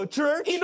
church